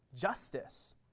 justice